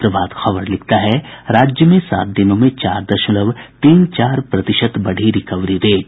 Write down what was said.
प्रभात खबर लिखता है राज्य में सात दिनों में चार दशमलव तीन चार प्रतिशत बढ़ी रिकवरी रेट